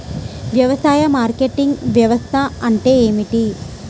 వ్యవసాయ మార్కెటింగ్ వ్యవస్థ అంటే ఏమిటి?